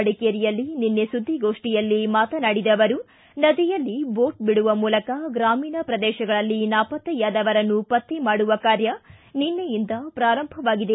ಮಡಿಕೇರಿಯಲ್ಲಿ ನಿನ್ನೆ ಸುದ್ದಿಗೋಷ್ಠಿಯಲ್ಲಿ ಮಾತನಾಡಿದ ಅವರು ನದಿಯಲ್ಲಿ ಬೋಟ್ ಬಿಡುವ ಮೂಲಕ ಗ್ರಮೀಣ ಪ್ರದೇಶಗಳಲ್ಲಿ ನಾಪತ್ತೆಯಾದವರನ್ನು ಪತ್ತೆ ಮಾಡುವ ಕಾರ್ಯ ನಿನ್ನೆಯಿಂದ ಪ್ರಾರಂಭವಾಗಿದೆ